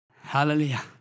Hallelujah